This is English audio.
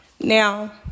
Now